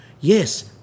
Yes